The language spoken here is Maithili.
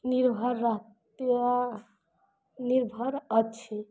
निर्भर रहत निर्भर अछि